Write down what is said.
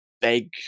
big